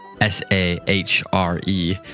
S-A-H-R-E